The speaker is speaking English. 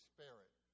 Spirit